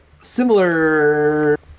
similar